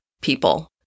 people